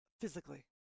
physically